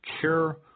care